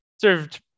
served